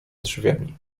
drzwiami